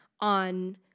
on